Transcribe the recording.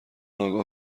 آگاه